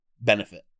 benefit